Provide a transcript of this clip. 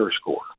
score